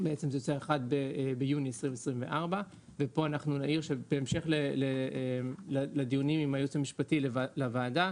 1 ביוני 2024. פה אנחנו נעיר שבהמשך לדיונים עם הייעוץ המשפטי לוועדה